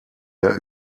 der